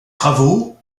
travaux